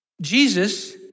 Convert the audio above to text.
Jesus